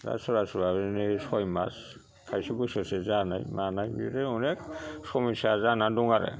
दा सोरबा सोरबा बिदिनो सय मास खायसे बोसोरसे जानाय मानाय बेफोरबायदि अनेक समयसा जानानै दं आरो